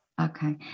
Okay